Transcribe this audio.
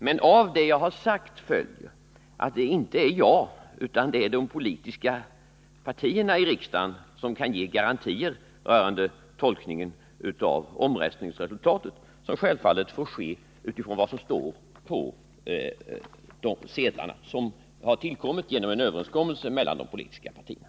Men av det jag har sagt följer att det inte är jag utan de 113 politiska partierna i riksdagen som kan ge garantier rörande tolkningen av omröstningsresultatet, något som självfallet får ske utifrån det som står på sedlarna, som tillkommit genom en överenskommelse mellan de politiska partierna.